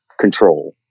control